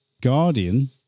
Guardian